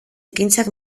ekintzak